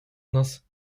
нас